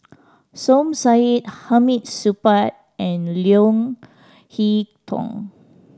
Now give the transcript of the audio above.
Som Said Hamid Supaat and Leo Hee Tong